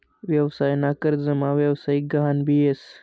व्यवसाय ना कर्जमा व्यवसायिक गहान भी येस